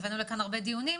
הבאנו לכאן הרבה דיונים.